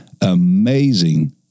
amazing